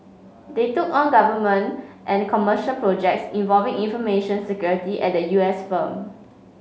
they took on government and commercial projects involving information security at the U S firm